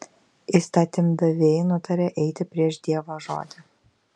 įstatymdaviai nutarė eiti prieš dievo žodį